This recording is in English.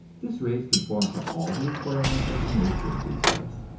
this race conformed to all the requirements of the nature enthusiast.